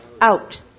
Out